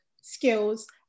skills